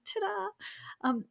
Ta-da